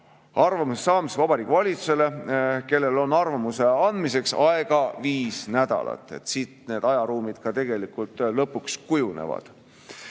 arvamuse saamiseks Vabariigi Valitsusele, kellel on arvamuse andmiseks aega viis nädalat. Nii need ajaruumid tegelikult lõpuks kujunevad.